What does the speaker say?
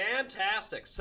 Fantastic